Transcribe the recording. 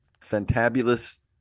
fantabulous